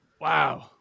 Wow